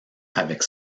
avec